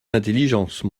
d’intelligence